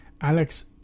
Alex